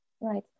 Right